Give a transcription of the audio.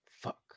Fuck